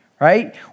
right